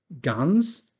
guns